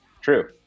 True